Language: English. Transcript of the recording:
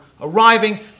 arriving